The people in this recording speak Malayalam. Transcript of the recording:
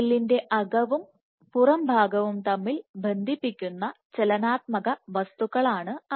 സെല്ലിന്റെ അകവും പുറം ഭാഗവും തമ്മിൽ ബന്ധിപ്പിക്കുന്ന ചലനാത്മക വസ്തുക്കളാണ് അവ